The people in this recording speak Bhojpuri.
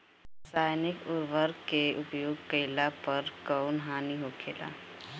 रसायनिक उर्वरक के उपयोग कइला पर कउन हानि होखेला?